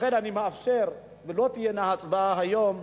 אכן אני מאפשר, ולא תהיה הצבעה היום.